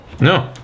No